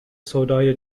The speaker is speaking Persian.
سودای